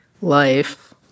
life